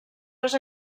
les